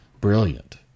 brilliant